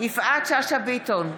יפעת שאשא ביטון,